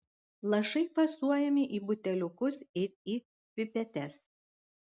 lašai fasuojami į buteliukus ir į pipetes